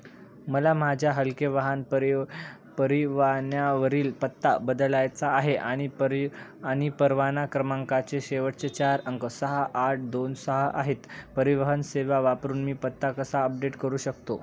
मला माझ्या हलके वाहन परिव परवान्यावरील पत्ता बदलायचा आहे आणि परि आणि परवाना क्रमांकाचे शेवटचे चार अंक सहा आठ दोन सहा आहेत परिवहन सेवा वापरून मी पत्ता कसा अपडेट करू शकतो